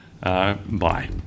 Bye